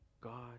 God